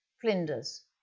flinders